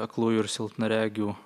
aklųjų ir silpnaregių